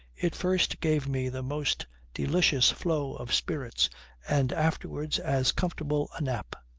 it first gave me the most delicious flow of spirits and afterwards as comfortable a nap.